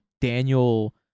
daniel